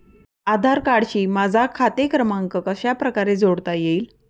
आधार कार्डशी माझा खाते क्रमांक कशाप्रकारे जोडता येईल?